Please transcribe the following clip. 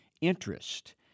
interest